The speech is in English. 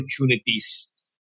opportunities